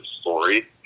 story